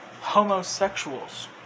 homosexuals